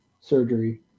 surgery